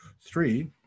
three